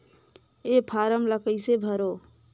ये फारम ला कइसे भरो?